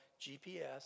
GPS